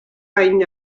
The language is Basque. hain